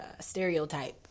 stereotype